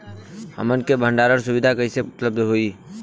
हमन के भंडारण सुविधा कइसे उपलब्ध होई?